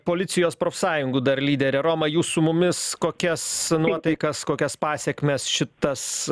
policijos profsąjungų dar lyderė roma jūs su mumis kokias nuotaikas kokias pasekmes šitas